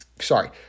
sorry